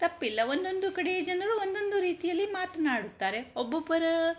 ತಪ್ಪಿಲ್ಲ ಒಂದೊಂದು ಕಡೆಯ ಜನರು ಒಂದೊಂದು ರೀತಿಯಲ್ಲಿ ಮಾತನಾಡುತ್ತಾರೆ ಒಬ್ಬೊಬ್ಬರ